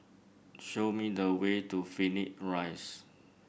show me the way to Phoenix Rise